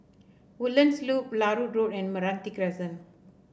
Woodlands Loop Larut Road and Meranti Crescent